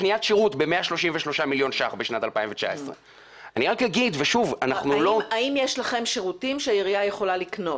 קניית שירות ב-133 מיליון ש"ח בשנת 2019. האם יש לכם שירותים שהעירייה יכולה לקנות?